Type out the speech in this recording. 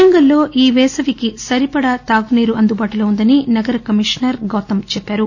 వరంగల్ లో ఈ పేసవికి సరిపడా తాగు నీరు అందుబాటులో ఉందని నగర కమిషనర్ గౌతమ్ చెప్పారు